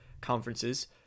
conferences